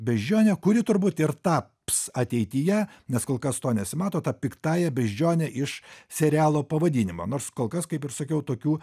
beždžionę kuri turbūt ir taps ateityje nes kol kas to nesimato ta piktąja beždžione iš serialo pavadinimo nors kol kas kaip ir sakiau tokių